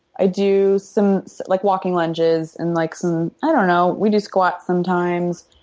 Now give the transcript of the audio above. i do some like walking lunges and like some i don't know we do squats sometimes.